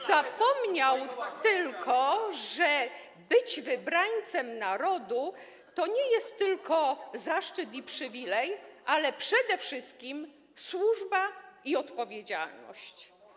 Zapomniał tylko, że bycie wybrańcem narodu to nie tylko zaszczyt i przywilej, ale przede wszystkim służba i odpowiedzialność.